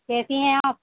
کیسی ہیں آپ